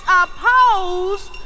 opposed